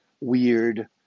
weird